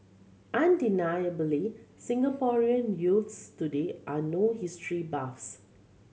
undeniably Singaporean youths today are no history buffs